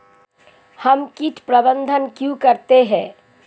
हम कीट प्रबंधन क्यों करते हैं?